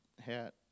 hat